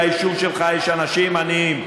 ביישוב שלך יש אנשים עניים,